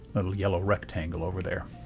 little yellow rectangle over there?